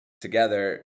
together